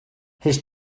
his